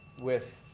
with